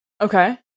Okay